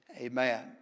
Amen